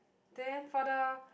then for the